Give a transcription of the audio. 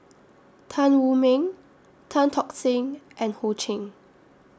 Tan Wu Meng Tan Tock Seng and Ho Ching